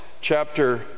chapter